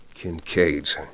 Kincaids